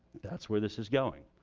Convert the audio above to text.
that's where this is going.